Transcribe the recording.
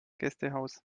gästehaus